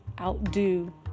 outdo